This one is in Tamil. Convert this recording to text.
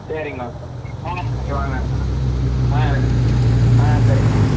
சரிங்கண்ணா ஆ சரி வாங்க ஆ ஆ சரிங்கண்ணா